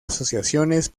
asociaciones